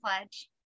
pledge